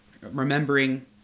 remembering